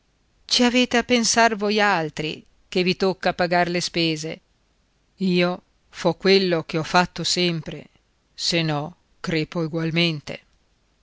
ci avete a pensar voialtri che vi tocca pagar le spese io fo quello che ho fatto sempre se no crepo egualmente